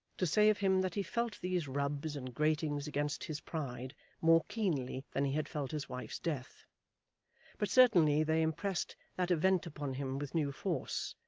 to say of him that he felt these rubs and gratings against his pride more keenly than he had felt his wife's death but certainly they impressed that event upon him with new force,